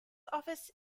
office